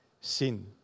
sin